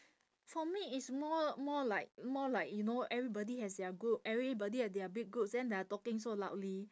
for me it's more more like more like you know everybody has their group everybody have their big groups then they're talking so loudly